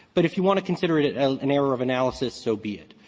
but if you want to consider it it an error of analysis so be it.